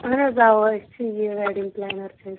اہن حظ اوا أسۍ چھِ یہِ ویٚڈنٛگ پلینر چھِ أسۍ